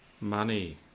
Money